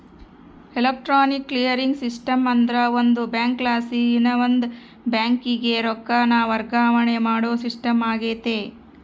electronic clearing system ಅಂದ್ರ ಒಂದು ಬ್ಯಾಂಕಲಾಸಿ ಇನವಂದ್ ಬ್ಯಾಂಕಿಗೆ ರೊಕ್ಕಾನ ವರ್ಗಾವಣೆ ಮಾಡೋ ಸಿಸ್ಟಮ್ ಆಗೆತೆ